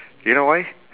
you know why